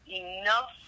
enough